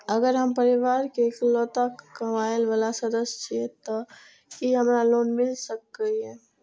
अगर हम परिवार के इकलौता कमाय वाला सदस्य छियै त की हमरा लोन मिल सकीए?